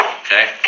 okay